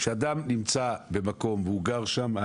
כשאדם נמצא במקום והוא גר שם,